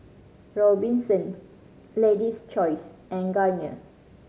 Robinsons Lady's Choice and Garnier